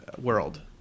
world